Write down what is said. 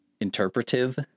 interpretive